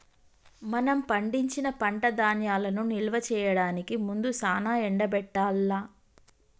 మనం పండించిన పంట ధాన్యాలను నిల్వ చేయడానికి ముందు సానా ఎండబెట్టాల్ల